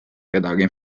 kedagi